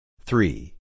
Three